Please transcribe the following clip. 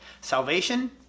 Salvation